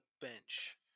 bench